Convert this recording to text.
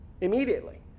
Immediately